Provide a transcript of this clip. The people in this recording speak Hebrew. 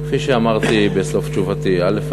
כפי שאמרתי בסוף תשובתי, א.